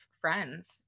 friends